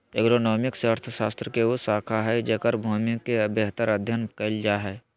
agronomics अर्थशास्त्र के उ शाखा हइ जेकर भूमि के बेहतर अध्यन कायल जा हइ